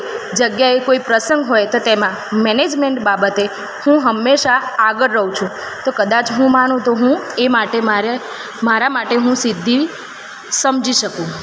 જગ્યાએ કોઇ પ્રસંગ હોય તો તેમાં મેનેજમેનટ બાબતે હું હંમેશા આગળ રહું છું તો કદાચ હું માનું તો હું એ માટે મારે મારા માટે હું સિદ્ધિ સમજી શકું